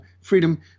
freedom